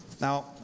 Now